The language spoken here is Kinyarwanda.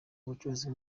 ubucuruzi